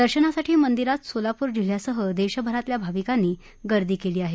दर्शनासाठी मंदिरात सोलापूर जिल्ह्यासह देशभरातल्या भाविकांनी दर्शनासाठी गर्दी केली आहे